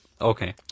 Okay